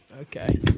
Okay